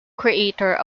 creator